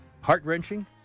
Heart-wrenching